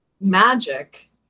magic